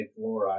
fluoride